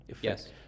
Yes